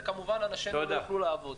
וכמובן אנשינו לא יוכלו לעבוד.